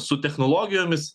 su technologijomis